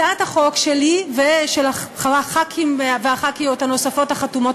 הצעת החוק שלי ושל חברי הכנסת וחברות הכנסת